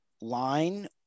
line